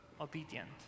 obedient